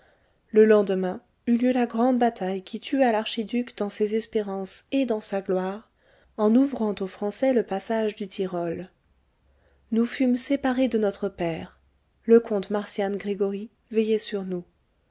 le lendemain eut lieu la grande bataille qui tua l'archiduc dans ses espérances et dans sa gloire en ouvrant aux français le passage du tyrol nous fûmes séparées de notre père le comte marcian gregoryi veillait sur nous